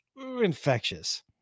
infectious